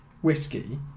whiskey